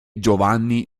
giovanni